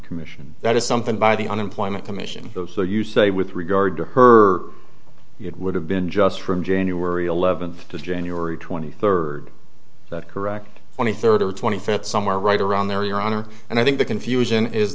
commission that is something by the unemployment commission though so you say with regard to her it would have been just from january eleventh to january twenty third that correct twenty third or twenty fifth somewhere right around there your honor and i think the confusion is